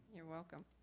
you are welcome.